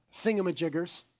thingamajiggers